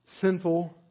sinful